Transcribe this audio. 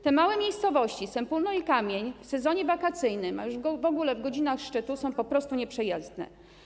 Te małe miejscowości, Sępólno i Kamień, w sezonie wakacyjnym, a już w ogóle w godzinach szczytu, są po prostu nieprzejezdne.